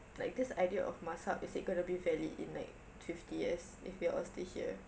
like this idea of mazhab is it going to be valid in like fifty years if we're all still here